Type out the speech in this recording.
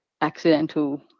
accidental